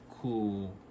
cool